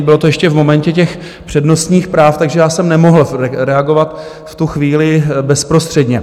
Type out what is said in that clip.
Bylo to ještě v momentě přednostních práv, takže jsem nemohl reagovat v tu chvíli bezprostředně.